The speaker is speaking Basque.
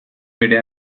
bere